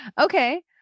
Okay